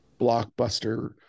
blockbuster